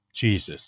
Jesus